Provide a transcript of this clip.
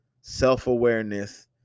self-awareness